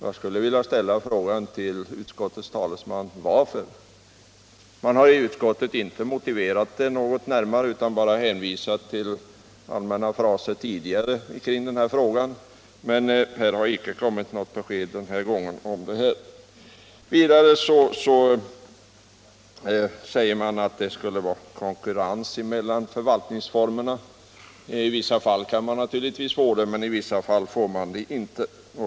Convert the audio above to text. Jag vill ställa frågan till utskottets talesman: Varför? Utskottet har inte närmare motiverat sitt ställningstagande. Utskottet hänvisar bara till allmänna fraser tidigare kring denna fråga och har inte givit något besked. Vidare säger utskottet att det skall råda konkurrens mellan förvaltningsformerna. I vissa fall kan man naturligtvis få det, men i vissa fall får man det inte.